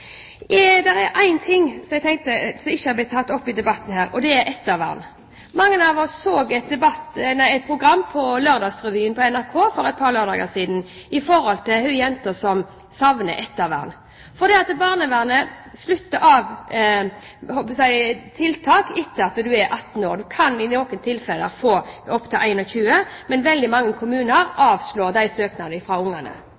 er en ting som ikke har blitt tatt opp i debatten, og det er ettervern. Mange av oss så for et par uker siden et innslag på Lørdagsrevyen i NRK om ei jente som savner ettervern. Barnevernet slutter med tiltak etter at man har fylt 18 år – man kan i noen tilfeller få tiltak til man har fylt 21 år, men veldig mange kommuner